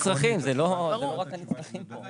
אני